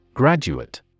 Graduate